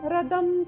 Radam